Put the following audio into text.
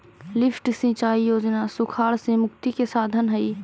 lift सिंचाई योजना सुखाड़ से मुक्ति के साधन हई